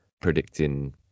predicting